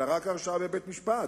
אלא רק הרשעה בבית-משפט.